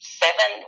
seven